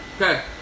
Okay